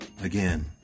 again